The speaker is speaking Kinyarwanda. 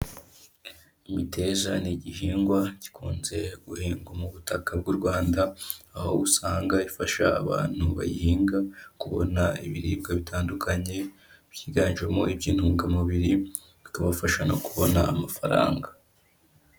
Imiteja ni igihingwa gikunze guhingwa mu butaka bw'u Rwanda, aho usanga ifasha abantu bayihinga, kubona ibiribwa bitandukanye, byiganjemo iby'intungamubiri, bikabafasha no kubona amafaranga.